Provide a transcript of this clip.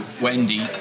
Wendy